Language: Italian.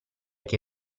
che